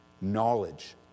knowledge